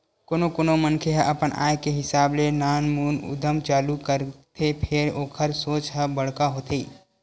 कोनो कोनो मनखे ह अपन आय के हिसाब ले नानमुन उद्यम चालू करथे फेर ओखर सोच ह बड़का होथे